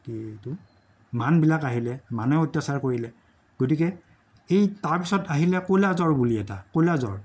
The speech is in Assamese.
কি এইটো মানবিলাক আহিলে মানে অত্যাচাৰ কৰিলে গতিকে এই তাৰপিছত আহিলে এই কলাজ্বৰ বুলি এটা কলাজ্বৰ